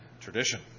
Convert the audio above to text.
tradition